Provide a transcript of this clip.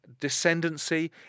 descendancy